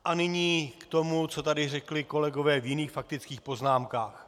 A nyní k tomu, co tady řekli kolegové v jiných faktických poznámkách.